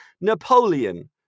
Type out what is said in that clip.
Napoleon